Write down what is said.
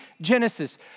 Genesis